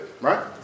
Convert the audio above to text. right